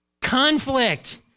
conflict